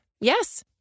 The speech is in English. Yes